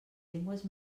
llengües